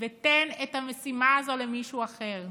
ותן את המשימה הזאת למישהו אחר.